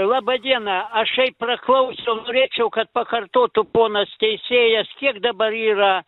laba diena aš šiaip praklausiau norėčiau kad pakartotų ponas teisėjas kiek dabar yra